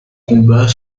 combat